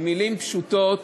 במילים פשוטות,